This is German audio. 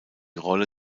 rolle